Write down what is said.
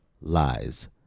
lies